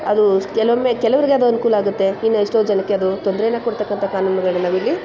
ಅದು ಕೆಲವೊಮ್ಮೆ ಕೆಲವರಿಗೆ ಅದು ಅನುಕೂಲ ಆಗುತ್ತೆ ಇನ್ನು ಎಷ್ಟೋ ಜನಕ್ಕೆ ಅದು ತೊಂದರೇನಾ ಕೊಡ್ತಕ್ಕಂಥ ಕಾನೂನುಗಳನ್ನ ನಾವಿಲ್ಲಿ